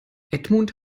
edmund